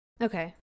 Okay